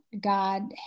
God